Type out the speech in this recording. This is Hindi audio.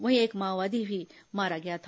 वहीं एक माओवादी भी मारा गया था